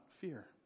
fear